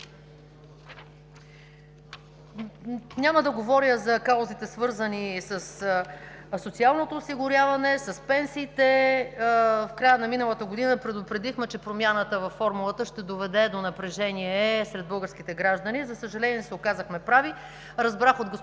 Няма да говоря за каузите, свързани със социалното осигуряване, с пенсиите. В края на миналата година предупредихме, че промяната във формулата ще доведе до напрежение сред българските граждани. За съжаление, се оказахме прави.